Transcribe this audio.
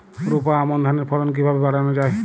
রোপা আমন ধানের ফলন কিভাবে বাড়ানো যায়?